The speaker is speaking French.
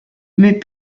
mais